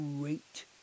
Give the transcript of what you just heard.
great